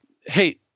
hey